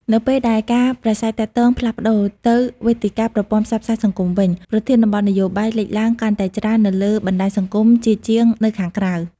នៅពេលដែលការប្រាស្រ័យទាក់ទងផ្លាស់ប្តូរទៅវេទិកាប្រព័ន្ធផ្សព្វផ្សាយសង្គមវិញ ប្រធានបទនយោបាយលេចឡើងកាន់តែច្រើននៅលើបណ្ដាញសង្គមជាជាងនៅខាងក្រៅ។